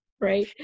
right